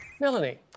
Melanie